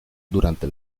durante